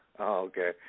okay